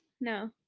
no